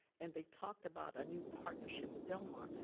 and they talked about a new partnership with del mar.